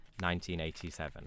1987